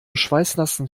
schweißnassen